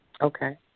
Okay